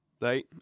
right